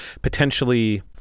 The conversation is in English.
potentially